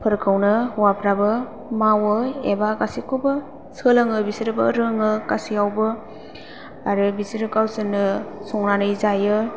फोरखौनो हौवाफ्राबो मावो एबा गासिखौबो सोलोङो बिसोरबो रोङो गासैयावबो आरो बिसोर गावसोरनो संनानै जायो